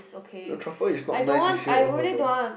the truffle is not nice is you oh no